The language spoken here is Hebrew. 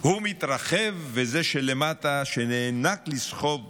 הוא מתרחב, וזה שלמטה, שנאנק לסחוב אותו,